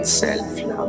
self-love